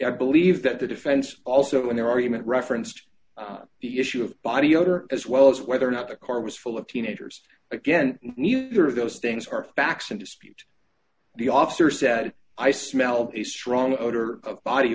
i believe that the defense also in their argument referenced the issue of body odor as well as whether or not the car was full of teenagers again neither of those things are facts in dispute the officer said i smell the strong